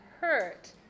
hurt